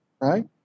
right